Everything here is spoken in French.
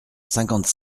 cinquante